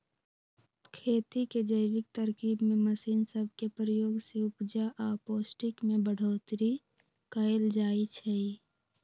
खेती के जैविक तरकिब में मशीन सब के प्रयोग से उपजा आऽ पौष्टिक में बढ़ोतरी कएल जाइ छइ